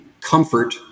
comfort